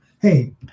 Hey